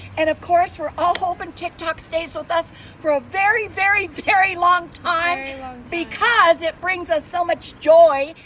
and, of course, we're all hoping tick tock stays with us for a very, very, very long time because it brings us so much joy.